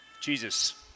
Jesus